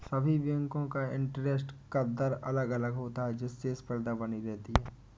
सभी बेंको का इंटरेस्ट का दर अलग अलग होता है जिससे स्पर्धा बनी रहती है